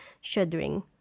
shuddering